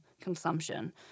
consumption